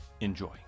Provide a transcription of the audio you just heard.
Enjoy